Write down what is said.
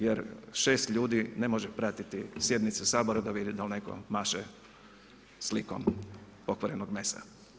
Jer 6 ljudi ne može pratiti sjednice Sabora da vidi da li netko maše slikom pokvarenog mesa.